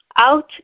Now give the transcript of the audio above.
out